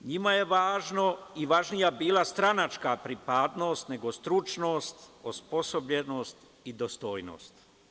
Njima je važno i važnija bila stranačka pripadnost nego stručnost, osposobljenost i dostojnost.